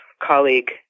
colleague